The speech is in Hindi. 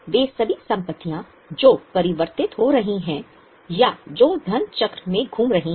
वे सभी संपत्तियां जो परिवर्तित हो रही हैं या जो धन चक्र में घूम रही हैं